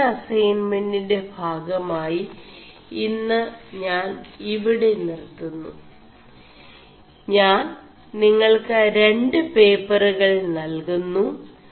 വായന അൈസൻെമൻറ്ൻെറ ഭാഗമായി ഇM് ഞാൻ ഇവിെട നിർøുMു ഞാൻ നിÆൾ ് രു േപçറുകൾ നൽകുMു